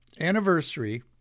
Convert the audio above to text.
anniversary